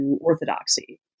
orthodoxy